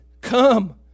Come